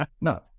No